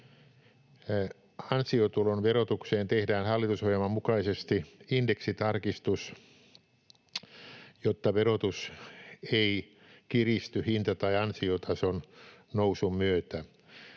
Ansiotulon verotukseen tehdään hallitusohjelman mukaisesti indeksitarkistus, jotta verotus ei kiristy hinta- tai ansiotason nousun myötä.